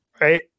Right